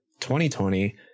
2020